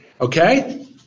Okay